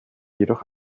jedoch